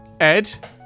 Ed